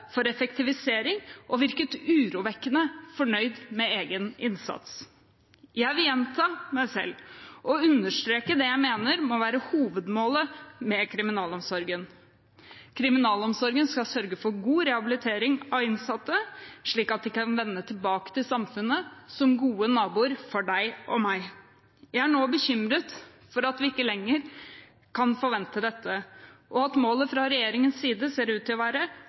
for effektivisering og virket urovekkende fornøyd med egen innsats. Jeg vil gjenta meg selv og understreke det jeg mener må være hovedmålet med kriminalomsorgen. Kriminalomsorgen skal sørge for god rehabilitering av innsatte, slik at de kan vende tilbake til samfunnet som gode naboer for deg og meg. Jeg er nå bekymret for at vi ikke lenger kan forvente dette, og at målet fra regjeringens side ser ut til å være